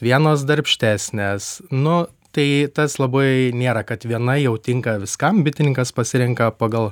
vienos darbštesnes nu tai tas labai nėra kad viena jau tinka viskam bitininkas pasirenka pagal